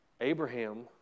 Abraham